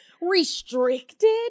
Restricted